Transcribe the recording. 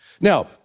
Now